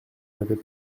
l’avais